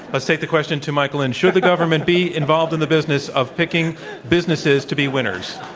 let's take the question to michael. and should the government be involved in the business of picking businesses to be winners.